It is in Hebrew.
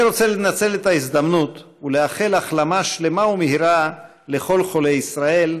אני רוצה לנצל את ההזדמנות ולאחל החלמה שלמה ומהירה לכל חולי ישראל,